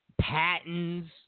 patents